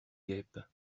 guêpes